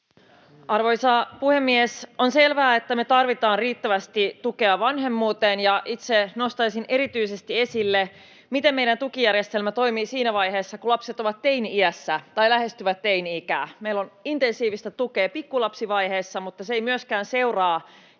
Arvoisa puhemies! On selvää, että me tarvitaan riittävästi tukea vanhemmuuteen, ja itse nostaisin erityisesti esille sen, miten meidän tukijärjestelmä toimii siinä vaiheessa, kun lapset ovat teini-iässä tai lähestyvät teini-ikää. Meillä on intensiivistä tukea pikkulapsivaiheessa, mutta se ei seuraa